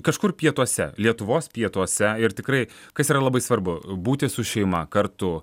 kažkur pietuose lietuvos pietuose ir tikrai kas yra labai svarbu būti su šeima kartu